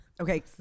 Okay